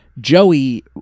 Joey